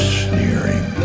sneering